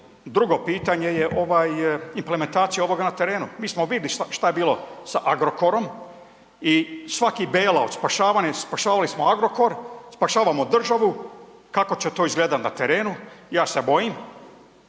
Drugo pitanje je implementacija ovoga na terenu. Mi smo vidjeli šta je bilo sa Agrokorom i svaki .../Govornik se ne razumije./... od spašavanja, spašavali smo Agrokor, spašavamo državu, kako će to izgledati na terenu, ja se bojim.